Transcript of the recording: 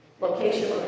Location